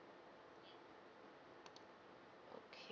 okay